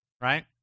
right